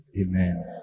Amen